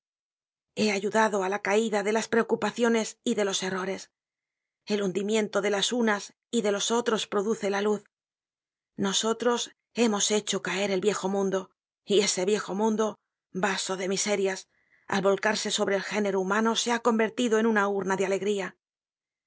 he ayudado á la caida de las preocupaciones y de los errores el hundimiento de las unas y de los otros produce la luz nosotros hemos hecho caer el viejo mundo y ese viejo mundo vaso de miserias al volcarse sobre el género humano se ha convertido en una urna de alegría